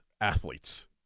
athletes